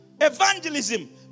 evangelism